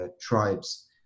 tribes